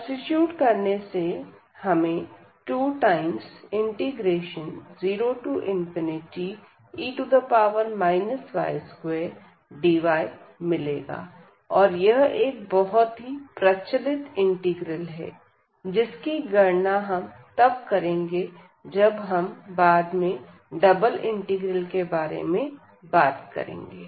substitute करने से हमें 20e y2dy मिलेगा और यह एक बहुत ही प्रचलित इंटीग्रल है जिसकी गणना हम तब करेंगे जब हम बाद में डबल इंटीग्रल के बारे में बात करेंगे